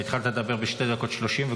אתה התחלת לדבר ב-2:30 דקות,